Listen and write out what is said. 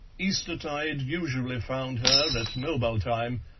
eastertide usually found her at knobaltheim,